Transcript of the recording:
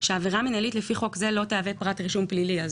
שקובע שעבירה מינהלית לפי חוק זה לא תהווה פרט רישום פלילי.